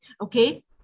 okay